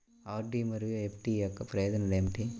RD మరియు FD యొక్క ప్రయోజనాలు ఏమిటి?